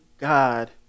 God